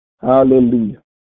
Hallelujah